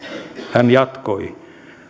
hän jatkoi